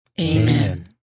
Amen